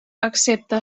excepte